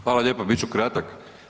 Hvala lijepa, bit ću kratak.